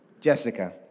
Jessica